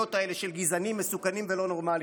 הקריאות האלה של "גזענים מסוכנים ולא נורמליים"?